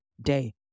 day